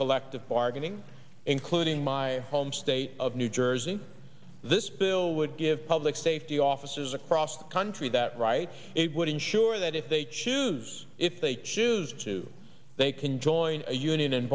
collective bargaining including my home state of new jersey this bill would give public safety officers across the country that right it would ensure that if they choose if they choose to they can join a union and